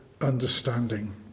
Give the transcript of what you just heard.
understanding